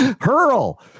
Hurl